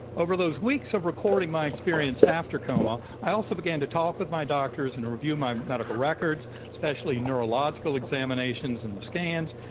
over those weeks of recording my experience after coma, i also began to talk with my doctors and review my medical records, especially neurological examinations and the scans,